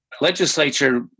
Legislature